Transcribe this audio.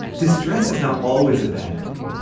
distress is not always a bad thing.